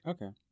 Okay